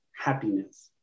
happiness